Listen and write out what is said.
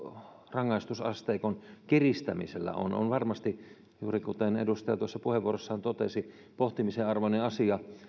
rangaistusasteikon kiristämisellä on on varmasti juuri kuten edustaja tuossa puheenvuorossaan totesi pohtimisen arvoinen asia